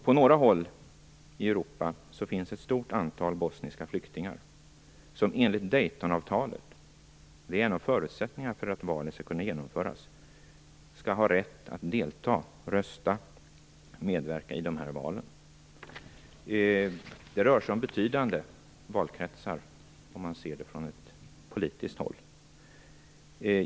På några håll i Europa finns ett stort antal bosniska flyktingar som enligt Daytonavtalet - det är en av förutsättningarna för att valet skall kunna genomföras - skall ha rätt att rösta och medverka i de här valen. Det rör sig om betydande valkretsar, sett från politiskt håll.